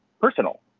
personal